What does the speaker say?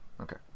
Okay